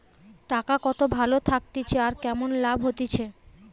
টাকা কত ভালো থাকতিছে আর কেমন লাভ হতিছে